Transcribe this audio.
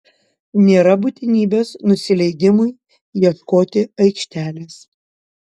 nėra būtinybės nusileidimui ieškoti aikštelės